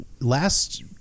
last